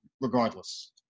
regardless